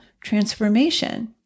transformation